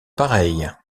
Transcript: pareille